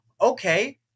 Okay